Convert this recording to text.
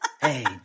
Hey